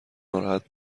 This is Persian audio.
ناراحت